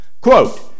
Quote